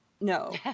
no